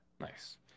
Nice